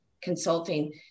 consulting